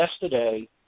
yesterday